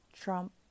trump